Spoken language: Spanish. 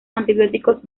antibióticos